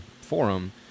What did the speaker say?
forum